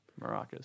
Maracas